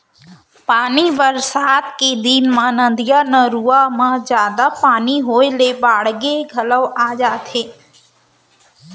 पानी बरसात के दिन म नदिया, नरूवा म जादा पानी होए ले बाड़गे घलौ आ जाथे